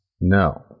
no